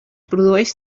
produeix